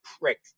prick